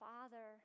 Father